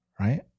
right